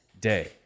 day